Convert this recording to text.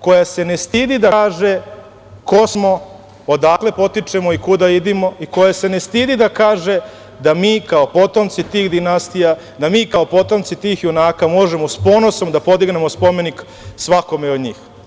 koja se ne stidi da kaže ko smo, odakle potičemo i kuda idemo i koja se ne stidi da kaže da mi kao potomci tih dinastija, da mi kao potomci tih junaka možemo s ponosom da podignemo spomenik svakome od njih.